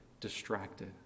distracted